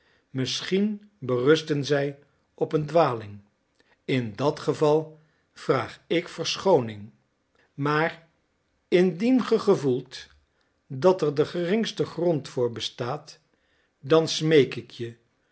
misschien berusten zij op een dwaling in dat geval vraag ik verschooning maar indien ge gevoelt dat er de geringste grond voor bestaat dan smeek ik je